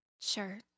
Sure